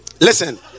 listen